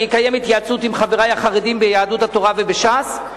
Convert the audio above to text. אני אקיים התייעצות עם חברי החרדים ביהדות התורה ובש"ס.